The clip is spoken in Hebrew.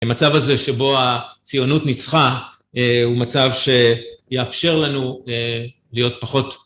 המצב הזה שבו הציונות ניצחה, הוא מצב שיאפשר לנו להיות פחות...